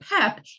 PEP